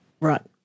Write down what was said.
Right